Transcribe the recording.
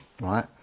Right